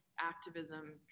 activism